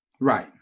Right